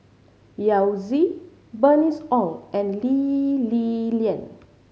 Yao Zi Bernice Ong and Lee Li Lian